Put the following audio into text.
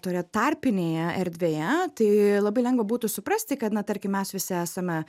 tore tarpinėje erdvėje tai labai lengva būtų suprasti kad na tarkim mes visi esame